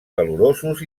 calorosos